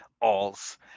alls